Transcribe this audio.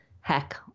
heck